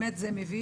באמת זה מביש.